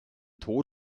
tod